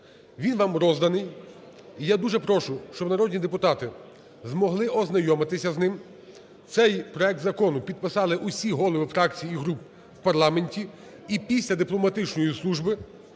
він вам розданий. І я дуже прошу, щоб народні депутати змогли ознайомитися з ним. Цей проект закону підписали усі голови фракцій і груп в парламенті. І після дипломатичної служби